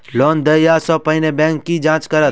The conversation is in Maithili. लोन देय सा पहिने बैंक की जाँच करत?